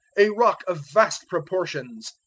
a rock of vast proportions.